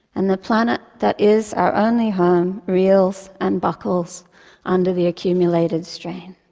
and the planet that is our only home reels and buckles under the accumulated strain.